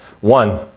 One